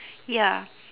ya